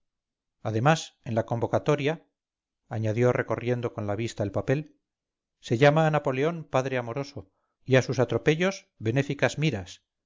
además en la convocatoria añadió recorriendo con la vista el papel se llama a napoleón padre amoroso y a sus atropellos benéficas miras